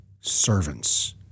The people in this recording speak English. servants